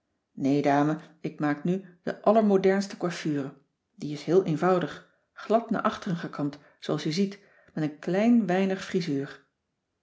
nee dame ik maak nu de allermodernste coiffure die is heel eenvoudig glad naar achteren gekamd zooals u ziet met een klein weinig frisuur